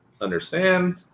understand